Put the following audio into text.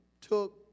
took